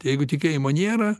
tai jeigu tikėjimo nėra